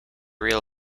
real